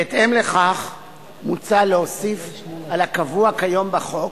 בהתאם לכך מוצע להוסיף על הקבוע כיום בחוק,